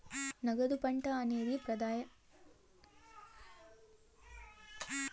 నగదు పంట అనేది ప్రెదానంగా ఆదాయం కోసం పండించే పంట